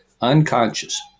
Unconscious